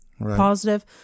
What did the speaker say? positive